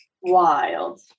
wild